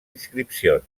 inscripcions